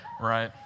right